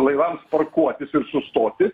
laivams parkuotis ir sustoti